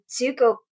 Zuko